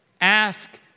ask